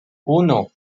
uno